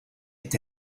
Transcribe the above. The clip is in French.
est